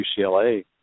UCLA